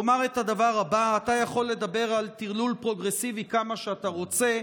אומר את הדבר הבא: אתה יכול לדבר על טרלול פרוגרסיבי כמה שאתה רוצה.